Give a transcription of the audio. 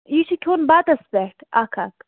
یہِ چھُ کھیٚون بَتٕس پٮ۪ٹھ اَکھ اَکھ